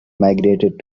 migrated